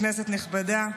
כנסת נכבדה,